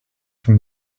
from